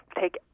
take